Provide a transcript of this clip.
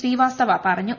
ശ്രീവാസ്തവ പറഞ്ഞു